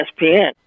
ESPN